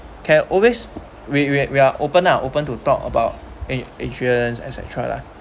can always we we we're open ah open to talk about in insurance as I try lah